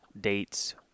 dates